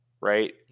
right